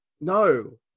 no